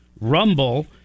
Rumble